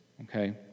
okay